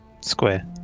square